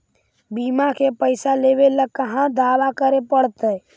बिमा के पैसा लेबे ल कहा दावा करे पड़तै?